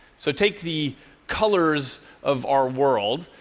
so take the colors of our world.